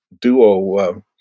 duo